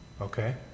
Okay